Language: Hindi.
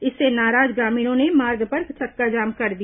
इससे नाराज ग्रामीणों ने मार्ग पर चक्काजाम कर दिया